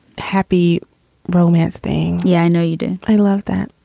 happy romance thing yeah, i know you do. i love that.